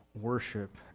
worship